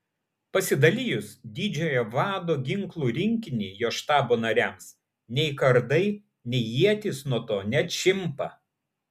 pasidalijus didžiojo vado ginklų rinkinį jo štabo nariams nei kardai nei ietys nuo to neatšimpa